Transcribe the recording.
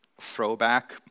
throwback